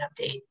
update